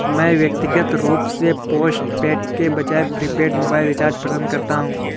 मैं व्यक्तिगत रूप से पोस्टपेड के बजाय प्रीपेड मोबाइल रिचार्ज पसंद करता हूं